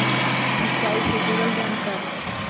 सिंचाई से जुड़ल जानकारी?